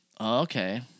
Okay